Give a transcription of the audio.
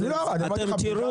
ינון, זאת לא בדיחה.